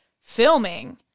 filming